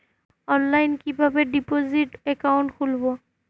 অনলাইনে কিভাবে deposit account খুলবো?